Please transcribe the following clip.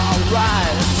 Alright